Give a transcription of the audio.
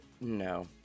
No